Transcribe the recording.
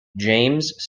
james